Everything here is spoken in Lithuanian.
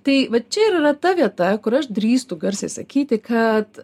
tai vat čia ir yra ta vieta kur aš drįstu garsiai sakyti kad